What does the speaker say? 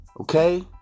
okay